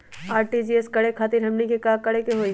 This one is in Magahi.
आर.टी.जी.एस करे खातीर हमनी के का करे के हो ई?